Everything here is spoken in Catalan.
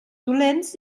dolents